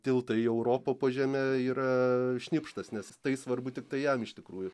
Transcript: tiltą į europą po žeme yra šnipštas nes tai svarbu tiktai jam iš tikrųjų